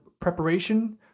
preparation